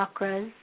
chakras